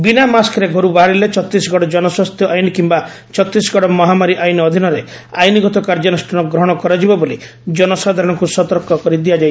ବିନା ମାସ୍କରେ ଘରୁ ବାହାରିଲେ ଛତିଶଗଡ ଜନସ୍ୱାସ୍ଥ୍ୟ ଆଇନ୍ କିୟା ଛତିଶଗଡ ମହାମାରୀ ଆଇନ୍ ଅଧୀନରେ ଆଇନ୍ଗତ କାର୍ଯ୍ୟାନୃଷ୍ଣାନ ଗ୍ରହଣ କରାଯିବ ବୋଲି ଜନସାଧାରଣଙ୍କୁ ସତର୍କ କରିଦିଆଯାଇଛି